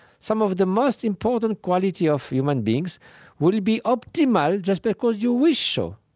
some of the most important qualities of human beings will be optimal just because you wish so?